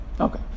Okay